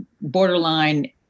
borderline